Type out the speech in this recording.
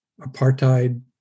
apartheid